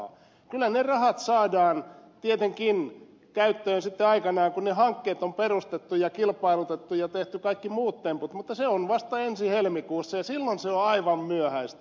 kyllä ne rahat saadaan tietenkin käyttöön sitten aikanaan kun ne hankkeet on perustettu ja kilpailutettu ja tehty kaikki muut temput mutta se on vasta ensi helmikuussa ja silloin se on aivan myöhäistä